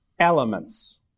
Elements